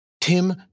Tim